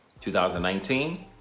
2019